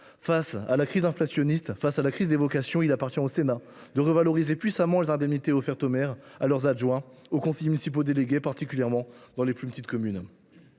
Face à la crise inflationniste et à la crise des vocations, il appartient au Sénat de revaloriser puissamment les indemnités offertes aux maires et à leurs adjoints, aux conseillers municipaux délégués, particulièrement dans les plus petites communes.